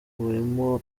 imari